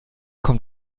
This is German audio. kommt